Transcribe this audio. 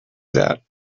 that